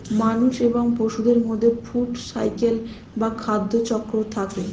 মানুষ এবং পশুদের মধ্যে ফুড সাইকেল বা খাদ্য চক্র থাকে